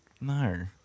No